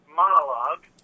monologue